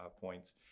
points